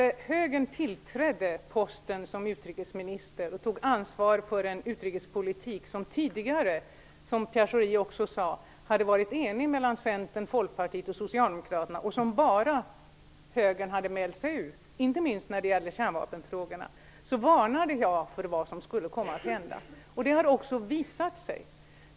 När högern tillträdde på posten som utrikesminister och tog ansvar för en utrikespolitik som tidigare -- som Pierre Schori sade -- hade varit enig mellan Centern, Folkpartiet och Socialdemokraterna, och som bara högern mält sig ur, inte minst när det gällde kärnvapenfrågorna, varnade jag för vad som skulle komma att hända, och det har också visat sig.